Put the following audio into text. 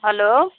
hello